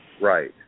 right